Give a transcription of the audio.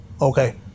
Okay